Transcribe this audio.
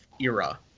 era